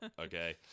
okay